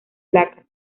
placas